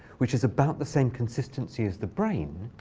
which is about the same consistency as the brain,